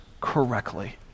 correctly